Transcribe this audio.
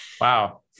wow